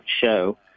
show